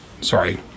Sorry